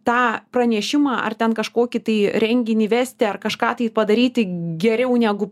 tą pranešimą ar ten kažkokį tai renginį vesti ar kažką tai padaryti geriau negu